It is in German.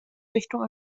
richtung